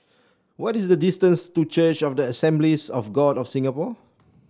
what is the distance to Church of the Assemblies of God of Singapore